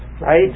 right